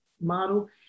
model